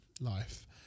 life